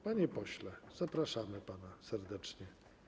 Panie pośle, zapraszam pana serdecznie.